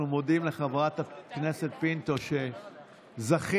אנחנו מודים לחברת הכנסת פינטו שזכינו,